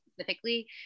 specifically